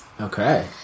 Okay